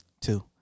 Two